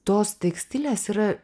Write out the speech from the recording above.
tos tekstilės yra